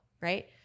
right